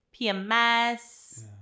PMS